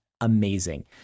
amazing